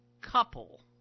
couple